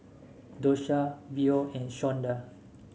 Dosha Beau and Shawnda